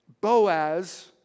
Boaz